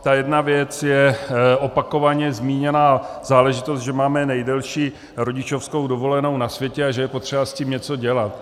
Ta jedna věc, opakovaně zmíněná záležitost, že máme nejdelší rodičovskou dovolenou na světě a že je potřeba s tím něco dělat.